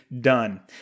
done